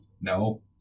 No